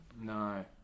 no